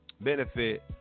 benefit